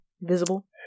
visible